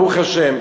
ברוך השם,